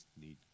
need